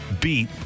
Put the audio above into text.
beat